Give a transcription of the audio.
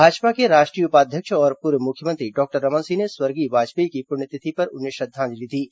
भाजपा के राष्ट्रीय उपाध्यक्ष और पूर्व मुख्यमंत्री डॉक्टर रमन सिंह ने स्वर्गीय वाजपेयी की पुण्यतिथि पर उन्हें श्रद्वांजलि दी है